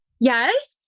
yes